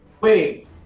Wait